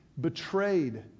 betrayed